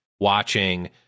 watching